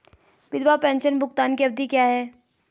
विधवा पेंशन भुगतान की अवधि क्या है?